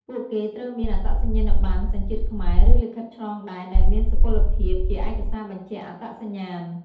ពួកគេត្រូវមានអត្តសញ្ញាណបណ្ណសញ្ជាតិខ្មែរ ឬលិខិតឆ្លងដែនដែលមានសុពលភាពជាឯកសារបញ្ជាក់អត្តសញ្ញាណ។